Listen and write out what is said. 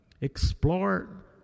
explore